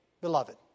beloved